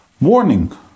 warning